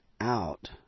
out